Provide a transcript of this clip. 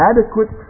Adequate